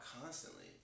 constantly